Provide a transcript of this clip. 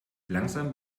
langsam